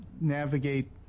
navigate